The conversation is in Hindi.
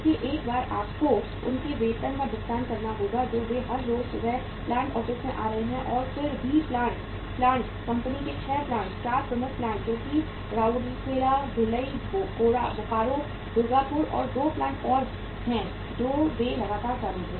इसलिए एक बार आपको उनके वेतन का भुगतान करना होगा जो वे हर रोज सुबह प्लांट ऑफिस में आ रहे हैं और फिर सभी प्लांट्स कंपनी के 6 प्लांट 4 प्रमुख प्लांट्स जो राउरकेला भिलाई बोकारो दुर्गापुर और 2 और प्लांट हैं जो वे लगातार चालू थे